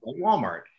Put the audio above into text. Walmart